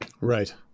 Right